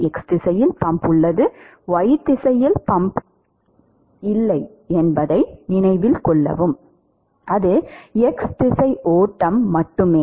y திசையில் pump இல்லை என்பதை நினைவில் கொள்ளவும் அது x திசை ஓட்டம் மட்டுமே